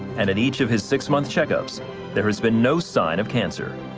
and in each of his six month checkups there has been no sign of cancer.